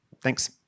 thanks